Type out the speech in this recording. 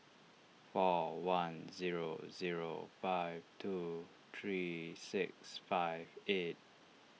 four one zero zero five two three six five eight